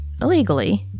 illegally